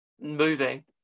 moving